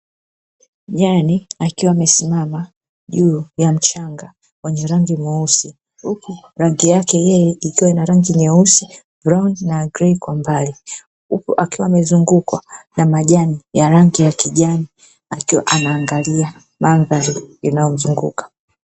Nyani akiwa amesimama juu ya mchanga wenye rangi nyeusi, uku rangi yake yeye ikiwa ina rangi nyeusi, brauni na grey kwa mbali. Huku akiwa amezungukwa na majani ya rangi ya kijani, akiwa anaangalia mandhari inayomzunguka.